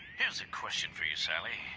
here's a question for you, sally.